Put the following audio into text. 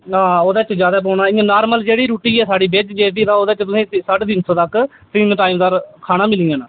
आं इं'या नॉर्मल जेह्ड़ी रुट्टी ऐ जेह्ड़ी तुसेंगी ओह्दे च तिन सौ साढ़े तिन सौ तगर खाना मिली जाना